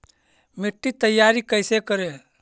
मिट्टी तैयारी कैसे करें?